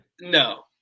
No